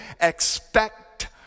Expect